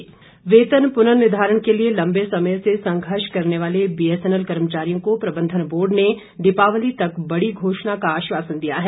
NFTE वेतन पुनर्निधारण के लिए लंबे समय से संघर्ष करने वाले बीएसएनएल कर्मचारियों को प्रबंधन बोर्ड ने दीपावली तक बड़ी घोषणा का आश्वासन दिया है